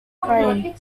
reign